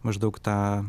maždaug tą